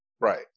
Right